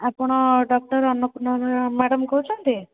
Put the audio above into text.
ଆପଣ doctor Annapurna madam କହୁଛନ୍ତି